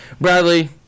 Bradley